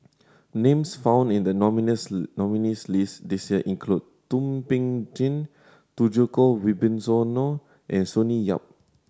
names found in the nominees' nominees' list this year include Thum Ping Tjin Djoko Wibisono and Sonny Yap